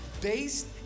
based